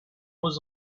was